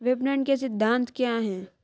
विपणन के सिद्धांत क्या हैं?